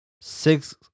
six